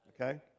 okay